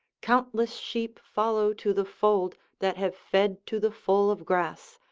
countless sheep follow to the fold that have fed to the full of grass,